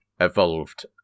evolved